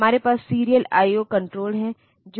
लेकिन फिर machine language में लिखना मुश्किल है